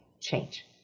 change